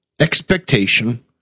expectation